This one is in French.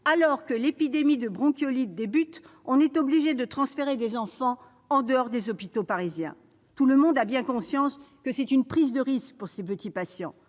alors que l'épidémie de bronchiolite débute, on est obligés de transférer des enfants en dehors des hôpitaux parisiens »? Tout le monde a bien conscience qu'il s'agit d'une prise de risque pour ces petits patients.